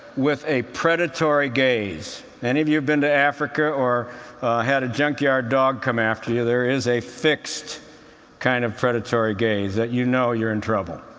with a predatory gaze. any of you who've been to africa or had a junkyard dog come after you, there is a fixed kind of predatory gaze that you know you're in trouble.